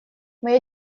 моя